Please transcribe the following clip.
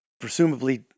presumably